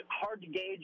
Hard-to-gauge